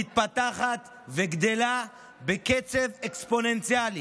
העבירה הזאת מתפתחת וגדלה בקצב אקספוננציאלי.